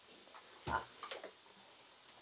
ah